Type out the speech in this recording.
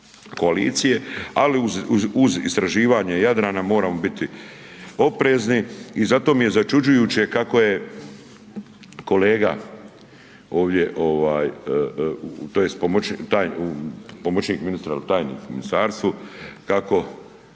koalicije ali uz istraživanje Jadrana moramo biti oprezni i zato mi je začuđujuće kako je kolega ovdje ovaj tj. pomoćnik ministra ili tajnik u ministarstvu kako